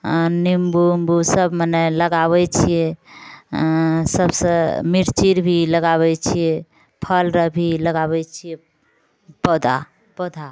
निम्बू उम्बू सब मने लगाबै छिए सबसँ मिर्ची भी लगाबै छिए फल रऽ भी लगाबै छिए पौधा पौधा